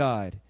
God